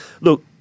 look